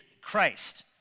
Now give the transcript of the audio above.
Christ